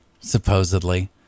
Supposedly